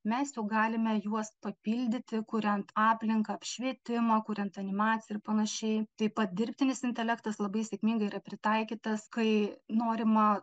mes jau galime juos papildyti kuriant aplinką apšvietimą kuriant animaciją ir panašiai taip pat dirbtinis intelektas labai sėkmingai yra pritaikytas kai norima